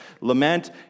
lament